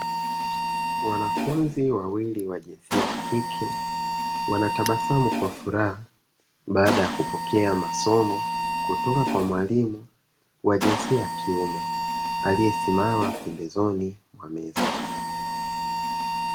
Wanafunzi wawili wa jinsia ya kike, wanatabasamu kwa furaha. Baada ya kupokea masomo kutoka kwa mwalimu wa jinsia ya kiume, aliyesimama pembezo mwa meza.